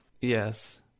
Yes